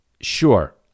Sure